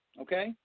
Okay